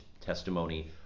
testimony